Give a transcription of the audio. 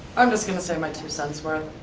i'm just gonna say my two cents worth.